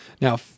Now